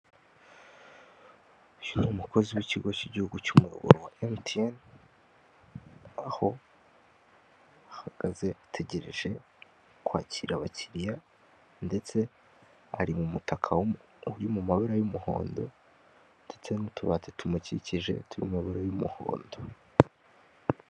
Uyu ni umukozi w'ikigo k'igihugu cy'umyoboro wa emutiyene aho ahagaze ategereje kwakira abakiriya ndetse, ari mu mutaka uri mu mabara y'umuhondo ndetse n'utubati tumukikije turi mu mabara y'umuhondo.